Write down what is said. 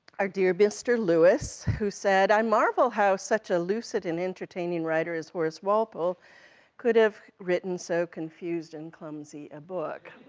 our dear mr. lewis, who said, i marvel how such a lucid and entertaining writer as horace walpole could have written so confused and clumsy a book.